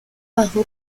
bajó